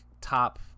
top